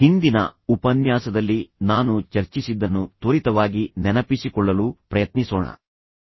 ಹಿಂದಿನ ಉಪನ್ಯಾಸದಲ್ಲಿ ನಾನು ಚರ್ಚಿಸಿದ್ದನ್ನು ತ್ವರಿತವಾಗಿ ನೆನಪಿಸಿಕೊಳ್ಳಲು ಪ್ರಯತ್ನಿಸೋಣ